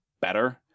better